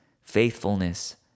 faithfulness